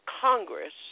Congress